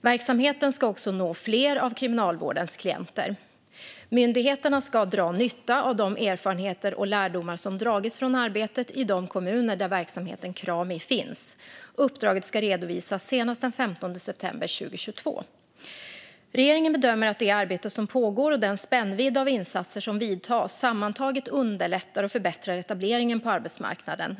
Verksamheten ska också nå fler av kriminalvårdens klienter. Myndigheterna ska dra nytta av de erfarenheter och lärdomar som dragits från arbetet i de kommuner där verksamheten Krami finns. Uppdraget ska redovisas senast den 15 september 2022. Regeringen bedömer att det arbete som pågår och den spännvidd av insatser som vidtas sammantaget underlättar och förbättrar etableringen på arbetsmarknaden.